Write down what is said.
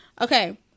Okay